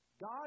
God